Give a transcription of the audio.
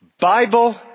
Bible